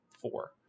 four